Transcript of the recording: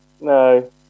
No